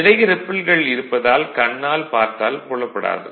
நிறைய ரிப்பில்கள் இருப்பதால் கண்ணால் பார்த்தால் புலப்படாது